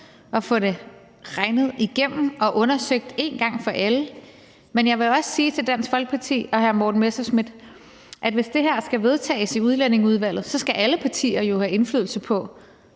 og få det regnet igennem og undersøgt en gang for alle. Men jeg vil også sige til Dansk Folkeparti og hr. Morten Messerschmidt, at hvis det her skal vedtages i Udlændinge- og Integrationsudvalget, skal alle partier jo have indflydelse,